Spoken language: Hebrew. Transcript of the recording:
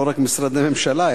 לא רק משרדי הממשלה,